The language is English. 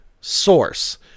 source